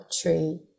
tree